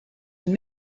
une